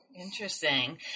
Interesting